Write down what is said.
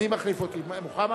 מי מחליף אותי, מוחמד?